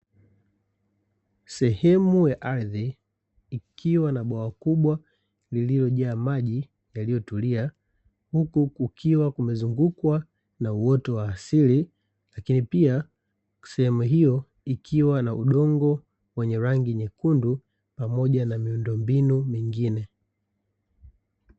Sehemu ya ardhi ikiwa na bwawa kubwa lililo jaa maji yaliyo tulia huku kukiwa kumezungukwa na uoto wa asili lakini pia sehemu hiyo ikiwa na udongo wenye rangi nyekundu pamoja na miundombinu mingine.